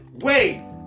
wait